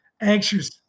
anxious